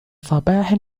صباح